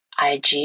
ig